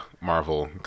marvel